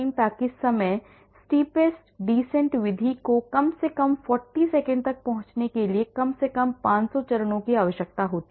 ताकि समय steepest descent विधि को कम से कम 40 सेकंड तक पहुंचने के लिए कम से कम 500 चरणों की आवश्यकता होती है